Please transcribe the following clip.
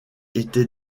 était